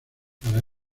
para